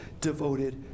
devoted